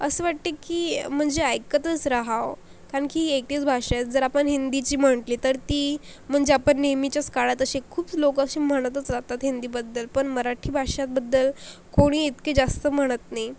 असं वाटते की म्हणजे ऐकतंच रहावं काण की एकटीच भाषा आहे जर आपण हिंदीची म्हटली तर ती म्हणजे आपण नेहमीच्यास काळात अशे खूपसे लोक असे म्हणतच राहतात हिंदीबद्दल पण मराठी भाषाबद्दल कोणी इतके जास्त म्हणत नाही